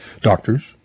doctors